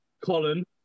Colin